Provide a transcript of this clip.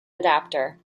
adapter